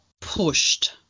pushed